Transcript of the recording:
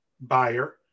buyer